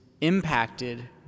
impacted